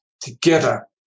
Together